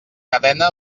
cadena